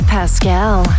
Pascal